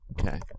Okay